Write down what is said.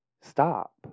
stop